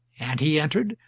and he entered,